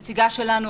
נציגה שלנו,